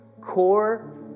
core